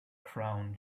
crown